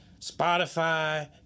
Spotify